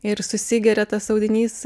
ir susigeria tas audinys